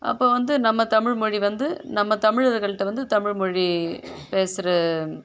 அப்போ வந்து நம்ம தமிழ் மொழி வந்து நம்ம தமிழர்கள்கிட்ட வந்து தமிழ் மொழி பேசுகிற